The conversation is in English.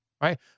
Right